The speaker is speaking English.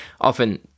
often